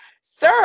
Sir